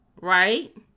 right